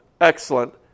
excellent